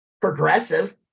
progressive